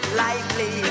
lightly